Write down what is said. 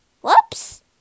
Whoops